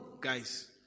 guys